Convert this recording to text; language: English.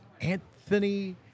Anthony